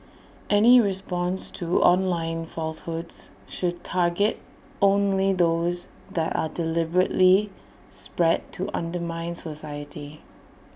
any response to online falsehoods should target only those that are deliberately spread to undermine society